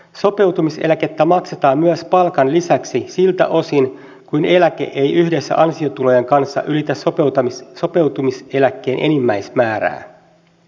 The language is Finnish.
sopeutumiseläkettä maksetaan myös palkan lisäksi siltä osin kuin eläke ei yhdessä ansiotulojen kanssa ylitä sopeutumiseläkkeen enimmäismäärää